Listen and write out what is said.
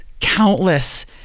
countless